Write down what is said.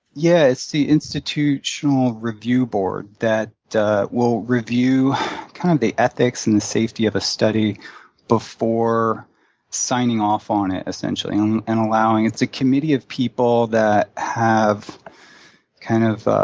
yeah, it's the institutional review board that will review kind of the ethics and the safety of a study before signing off on it essentially um and allowing it's a committee of people that have kind of